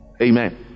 Amen